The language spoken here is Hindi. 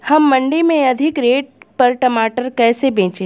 हम मंडी में अधिक रेट पर टमाटर कैसे बेचें?